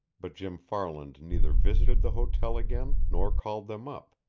but jim farland neither visited the hotel again nor called them up,